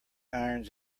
irons